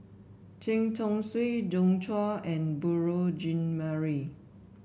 Chen Chong Swee Joi Chua and Beurel Jean Marie